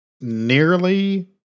nearly